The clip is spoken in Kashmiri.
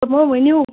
ؤنِو